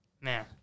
Man